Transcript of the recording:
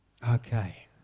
Okay